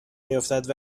میافتد